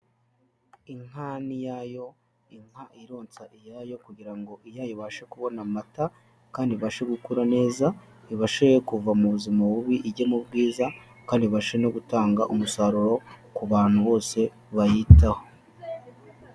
Inka n'iyayo, inka ironsa iyayo kugira ngo iyayo ibashe kubona amata kandi ibashe gukura neza, ibashe kuva mu buzima bubi ijye mu bwiza kandi ibashe no gutanga umusaruro ku bantu bose bayitaho.